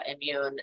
immune